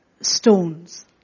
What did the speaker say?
stones